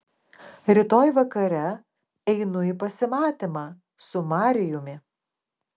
rytoj vakare einu į pasimatymą su marijumi